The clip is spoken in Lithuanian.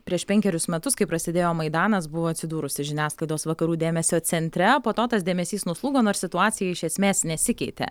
prieš penkerius metus kai prasidėjo maidanas buvo atsidūrusi žiniasklaidos vakarų dėmesio centre po to tas dėmesys nuslūgo nors situacija iš esmės nesikeitė